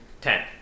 ten